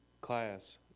class